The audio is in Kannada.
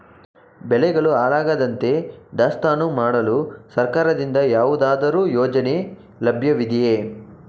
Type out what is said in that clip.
ಬೆಳೆಗಳು ಹಾಳಾಗದಂತೆ ದಾಸ್ತಾನು ಮಾಡಲು ಸರ್ಕಾರದಿಂದ ಯಾವುದಾದರು ಯೋಜನೆ ಲಭ್ಯವಿದೆಯೇ?